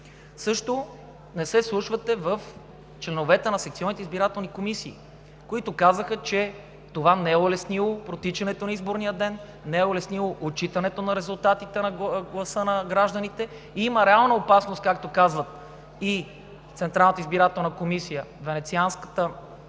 също не се вслушвате в членовете на секционните избирателни комисии, които казаха, че това не е улеснило протичането на изборния ден, не е улеснило отчитането на резултатите на гласа на гражданите и има реална опасност, както казват Централната избирателна комисия, Венецианската комисия